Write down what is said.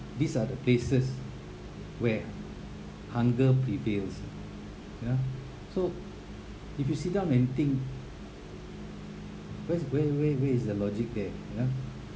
these are the places where hunger prevails ya so if you sit down and think because where where where is the logic there you know